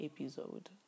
episode